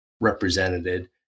represented